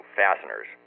fasteners